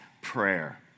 prayer